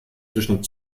zwischen